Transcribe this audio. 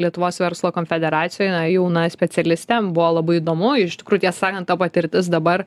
lietuvos verslo konfederacijoje na jauna specialistė buvo labai įdomu iš tikrųjų tiesą sakan ta patirtis dabar